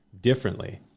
differently